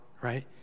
right